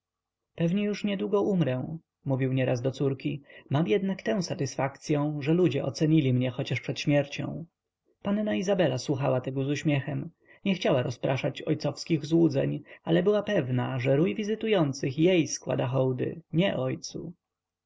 pomiędzy odwiedzającymi pewnie już niedługo umrę mówił nieraz do córki mam jednak tę satysfakcyą że ludzie ocenili mnie choć przed śmiercią panna izabela słuchała tego z uśmiechem nie chciała rozpraszać ojcowskich złudzeń ale była pewna że rój wizytujących jej składa hołdy nie ojcu